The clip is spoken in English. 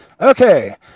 Okay